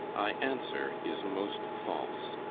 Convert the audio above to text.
i answer, is most false.